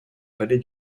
palais